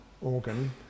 organ